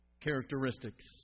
characteristics